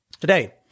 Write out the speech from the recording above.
Today